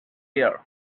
year